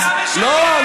אתה משקר.